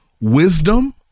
wisdom